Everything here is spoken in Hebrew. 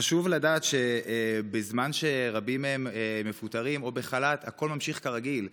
חשוב לדעת שבזמן שרבים מהם מפוטרים או בחל"ת הכול ממשיך כרגיל.